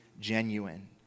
genuine